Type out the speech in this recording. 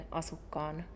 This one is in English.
asukkaan